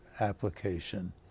application